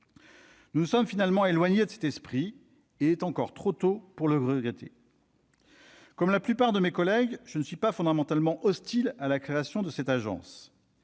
Nous nous sommes finalement éloignés de cet esprit, et il est encore trop tôt pour le regretter. Comme la plupart de mes collègues, je ne suis pas fondamentalement hostile à la création de cette agence.